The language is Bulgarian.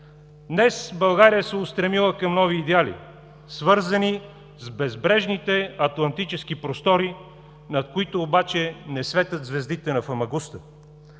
Днес България се е устремила към нови идеали, свързани с безбрежните атлантически простори, над които обаче не светят звездите на Фамагуста.